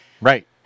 Right